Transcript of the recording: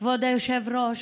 כבוד היושב-ראש,